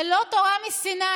זה לא תורה מסיני.